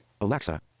Alexa